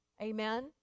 amen